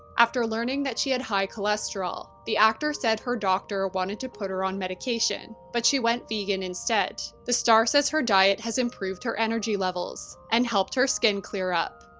after learning that she had high cholesterol, the actor said her doctor wanted to put her on medication, but she went vegan instead. the star said her diet has improved her energy levels and helped her skin clear up.